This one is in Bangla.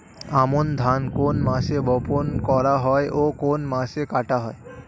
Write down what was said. আমন ধান কোন মাসে বপন করা হয় ও কোন মাসে কাটা হয়?